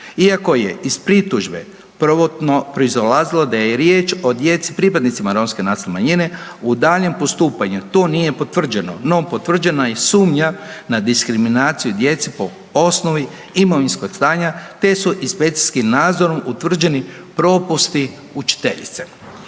Iako je iz pritužbe prvotno proizolazilo da je riječ o djeci pripadnicima romske nacionalne manjine, u daljnjem postupanju to nije potvrđeno, no potvrđena je i sumnja na diskriminaciju djece po osnovi imovinskog stanja te su inspekcijskim nadzorom utvrđeni propusti učiteljice.